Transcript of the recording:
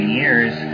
years